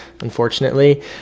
unfortunately